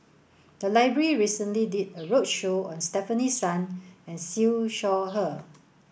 the library recently did a roadshow on Stefanie Sun and Siew Shaw Her